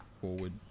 forward